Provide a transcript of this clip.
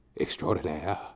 extraordinaire